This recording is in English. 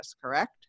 Correct